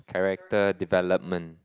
character development